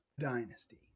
dynasty